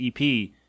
EP